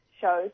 shows